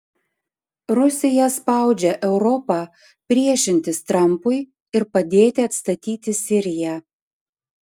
rusija spaudžia europą priešintis trampui ir padėti atstatyti siriją